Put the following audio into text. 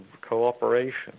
cooperation